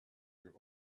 your